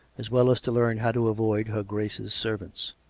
as well as to learn how to avoid her grace's servants.